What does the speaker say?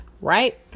right